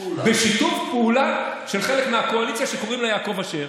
בשיתוף פעולה של חלק מהקואליציה שקוראים לו יעקב אשר.